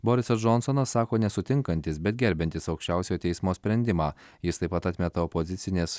borisas džonsonas sako nesutinkantis bet gerbiantis aukščiausiojo teismo sprendimą jis taip pat atmeta opozicinės